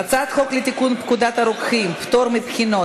הצעת חוק לתיקון פקודת הרוקחים (פטור מבחינות),